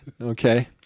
Okay